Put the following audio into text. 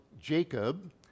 Jacob